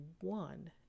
one